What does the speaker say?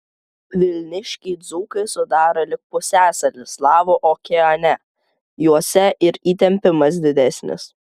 vilniškiai dzūkai sudaro lyg pusiasalį slavų okeane juose ir įtempimas didesnis